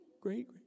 great